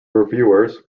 reviewers